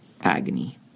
agony